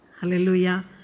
Hallelujah